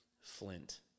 Flint